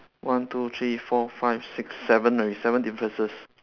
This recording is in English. one two three four five six seven already seven differences